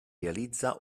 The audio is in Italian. realizza